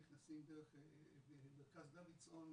נכנסים דרך מרכז דוידסון,